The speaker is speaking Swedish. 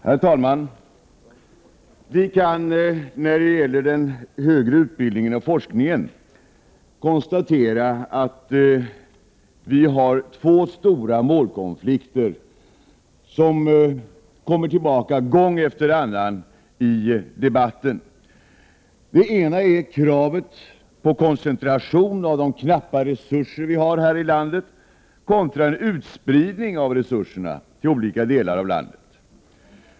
Herr talman! Vi kan när det gäller den högre utbildningen och forskningen konstatera att vi har två stora målkonflikter, som kommer tillbaka gång efter annan i debatten. För det första gäller det kravet på koncentration av de knappa resurser som vi har här i landet contra en utspridning av resurserna till olika delar av landet.